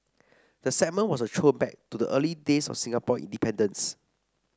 the segment was a throwback to the early days of Singapore independence